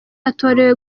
yatorewe